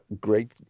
great